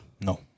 No